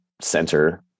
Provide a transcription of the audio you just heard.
center